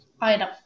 item